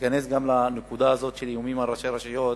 אכנס גם לנקודה הזאת של איומים על ראשי רשויות.